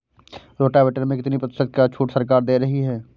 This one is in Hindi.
रोटावेटर में कितनी प्रतिशत का छूट सरकार दे रही है?